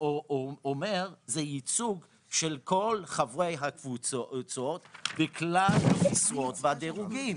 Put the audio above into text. שאומרת שזה ייצוג של כל חברי הקבוצות בכלל המשרות והדירוגים.